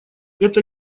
это